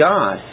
God